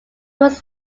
was